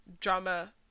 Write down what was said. drama